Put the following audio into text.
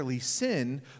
sin